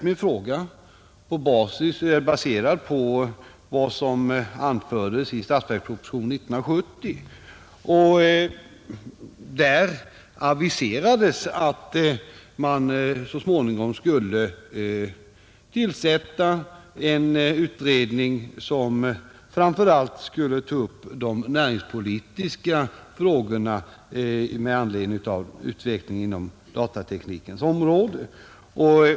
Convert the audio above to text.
Min fråga var baserad på vad som anfördes i statsverkspropositionen 1970, där det aviserades att man så småningom skulle tillsätta en utredning, som framför allt behoven på datateknikens område skulle ta upp de näringspolitiska frågorna med anledning av utvecklingen på datateknikens område.